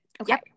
Okay